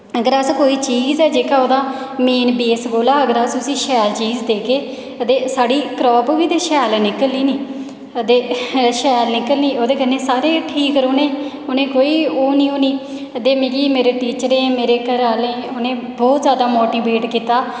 अगर अस कोई चीज ऐ जेह्का मेन बेस कोला अगर अस उसी शैल चीज देगे ओहदी साढ़ी क्राप बी ते शैल निकलनी नीं ते शैल निकलनी ओह्दे कन्नै सारे शैल ठीक रौहने उ'नें कोई ओह् निं होनी ते मिगी मेरे टीचरें मेरे घरै आह्लें उनें बौह्त जादा मोटिवेट कीता